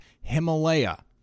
Himalaya